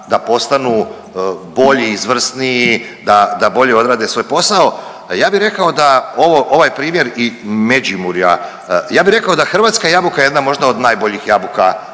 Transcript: da postanu bolji i izvrsniji, da, da bolje odrade svoj posao, a ja bi rekao da ovo, ovaj primjer i Međimurja, ja bi rekao da hrvatska jabuka je jedna možda od najboljih jabuka